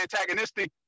antagonistic